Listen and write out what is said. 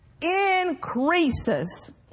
increases